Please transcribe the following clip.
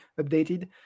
updated